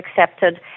accepted